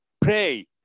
pray